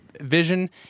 vision